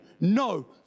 no